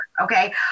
okay